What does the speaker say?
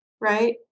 right